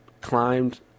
climbed